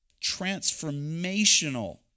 transformational